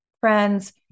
friends